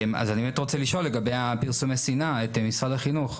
אז אני באמת רוצה לשאול לגבי פרסומי השנאה את משרד החינוך,